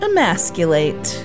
Emasculate